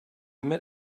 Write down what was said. met